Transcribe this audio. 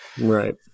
Right